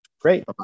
Great